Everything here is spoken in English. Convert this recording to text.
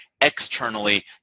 externally